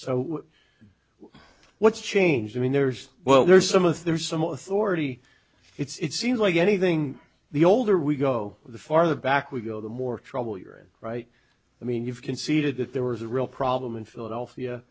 so what's changed i mean there's well there's some of there's some authority it's seems like anything the older we go the farther back we go the more trouble you're in right i mean you've conceded that there was a real problem in philadelphia